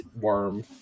worm